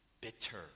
Bitter